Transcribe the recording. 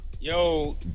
Yo